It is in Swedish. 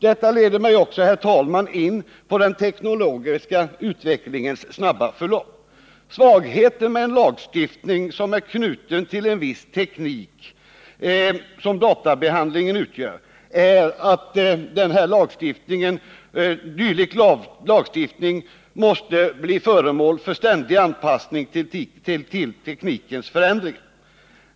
Detta leder mig också, herr talman, in på den teknologiska utvecklingens snabba förlopp. Svagheten med en lagstiftning som är knuten till en viss teknik som databehandlingen utgör är att den måste bli föremål för ständig anpassning tillteknikens förändringar.